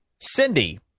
Cindy